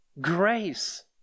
grace